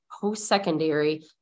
post-secondary